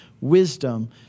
Wisdom